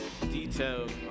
detailed